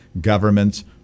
government's